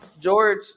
George